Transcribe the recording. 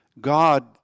God